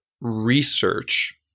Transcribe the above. research